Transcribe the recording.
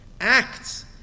acts